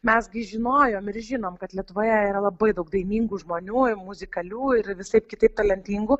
mes gi žinojom ir žinom kad lietuvoje yra labai daug dainingų žmonių muzikalių ir visaip kitaip talentingų